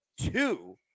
Two